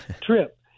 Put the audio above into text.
trip